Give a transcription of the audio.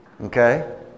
Okay